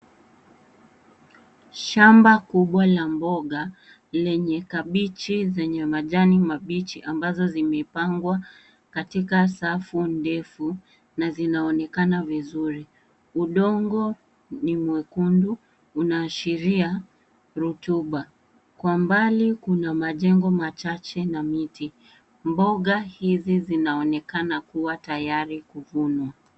Shamba kubwa la mboga lenye kabeji zenye majani mabichi ambazo zimepangwa katika safu ndefu na zinaonekana vizuri. Udongo ni mwekundu; unaashiria rotuba. Kwa mbali, kuna majengo machache na miti. Mboga hizi zinaonekana kuwa tayari kuvunwa.